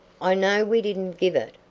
i know we didn't give it,